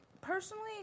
personally